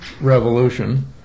revolution